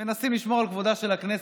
מנסים לשמור על כבודה של הכנסת,